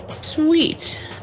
sweet